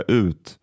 ut